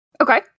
Okay